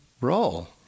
role